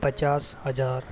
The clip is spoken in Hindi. पचास हज़ार